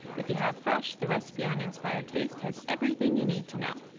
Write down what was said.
if you have fresh, the recipe on inspired taste has everything you need to know.